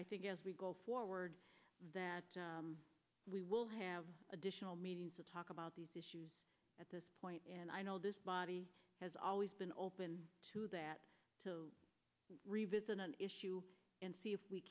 i think as we go forward that we will have additional meetings to talk about these issues at this point and i know this body has always been open to that to revisit an issue and see if we